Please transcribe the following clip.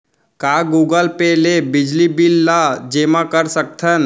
का Google Pay ले बिजली बिल ल जेमा कर सकथन?